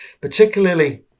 particularly